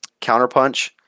Counterpunch